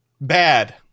Bad